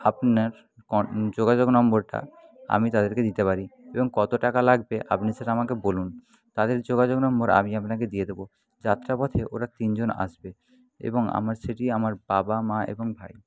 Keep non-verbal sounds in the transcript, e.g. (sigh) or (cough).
আপনার (unintelligible) যোগাযোগ নম্বরটা আমি তাদেরকে দিতে পারি এবং কতো টাকা লাগবে আপনি সেটা আমাকে বলুন তাদের যোগাযোগ নম্বর আমি আপনাকে দিয়ে দেবো যাত্রাপথে ওরা তিনজন আসবে এবং আমার সেটি আমার বাবা মা এবং ভাই